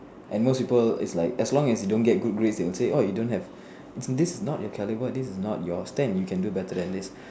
and most people is like as long as you don't get good grades they will say oh you don't have this is not your caliber this is not your stand you can do better than this